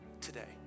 today